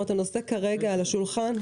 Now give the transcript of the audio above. הנושא כרגע על השולחן?